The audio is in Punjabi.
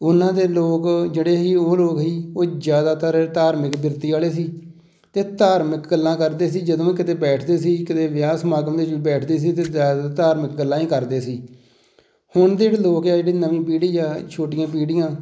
ਉਹਨਾਂ ਦੇ ਲੋਕ ਜਿਹੜੇ ਸੀ ਉਹ ਲੋਕ ਸੀ ਉਹ ਜ਼ਿਆਦਾਤਰ ਧਾਰਮਿਕ ਬਿਰਤੀ ਵਾਲੇ ਸੀ ਅਤੇ ਧਾਰਮਿਕ ਗੱਲਾਂ ਕਰਦੇ ਸੀ ਜਦੋਂ ਵੀ ਕਿਤੇ ਬੈਠਦੇ ਸੀ ਕਿਤੇ ਵਿਆਹ ਸਮਾਗਮ ਦੇ 'ਚ ਵੀ ਬੈਠਦੇ ਸੀ ਤਾਂ ਜ਼ਿਆਦਾ ਧਾਰਮਿਕ ਗੱਲਾਂ ਹੀ ਕਰਦੇ ਸੀ ਹੁਣ ਦੇ ਜਿਹੜੇ ਲੋਕ ਆ ਜਿਹੜੀ ਨਵੀਂ ਪੀੜ੍ਹੀ ਆ ਛੋਟੀਆਂ ਪੀੜ੍ਹੀਆਂ